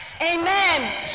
Amen